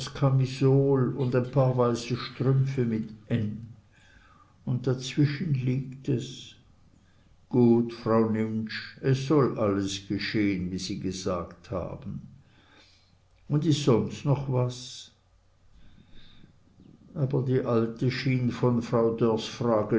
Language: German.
und ein paar weiße strümpfe mit n und dazwischen liegt es gut frau nimptsch es soll alles geschehn wie sie gesagt haben und is sonst noch was aber die alte schien von frau dörrs frage